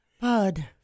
Bud